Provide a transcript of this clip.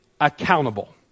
accountable